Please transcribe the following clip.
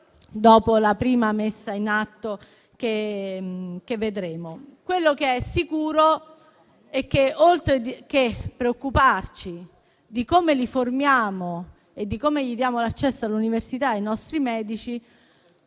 dopo la prima messa in atto che vedremo. Quello che è sicuro è che, oltre a preoccuparci di come li formiamo e di come garantiamo loro l'accesso all'università, forse